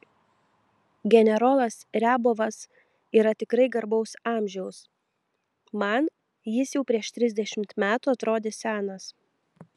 generolas riabovas yra tikrai garbaus amžiaus man jis jau prieš trisdešimt metų atrodė senas